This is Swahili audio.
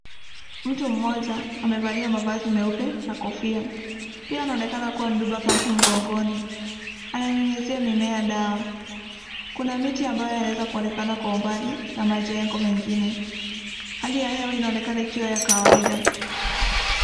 Mtu mmoja amevalia mavazi meupe na kofia. Pia anaonekana kuwa amebeba pump mgongoni. Ananyunyizia mimea dawa. Kuna miti ambayo yanaweza kuonekana kwa umbali na majengo mengine. Hali ya hewa inaonekana ikiwa ya kawaida.